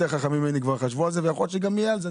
חכמים ממני כבר חשבו על זה ויכול להיות שגם יהיה על זה.